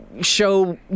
show